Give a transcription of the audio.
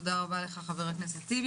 תודה רבה, חבר הכנסת טיבי.